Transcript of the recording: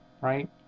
right